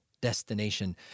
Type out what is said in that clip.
destination